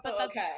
okay